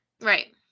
Right